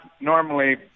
normally